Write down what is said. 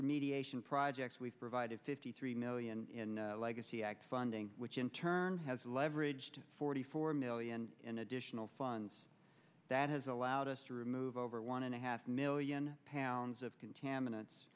remediation projects we've provided fifty three million in legacy act funding which in turn as leverage to forty four million in additional funds that has allowed us to remove over one and a half million pounds of contaminants